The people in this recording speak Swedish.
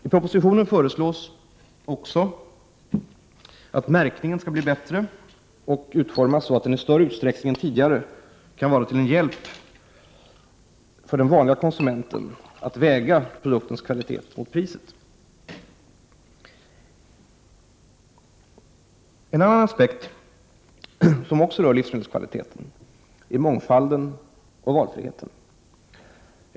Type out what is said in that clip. I propositionen föreslås också att märkningen skall bli bättre och utformas så, att den i större utsträckning än tidigare kan vara en hjälp för den vanlige konsumenten när det gäller att väga produktens kvalitet mot priset. En annan aspekt som också rör livsmedelskvalitet är mångfalden och valfriheten.